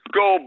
go